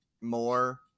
more